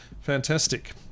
fantastic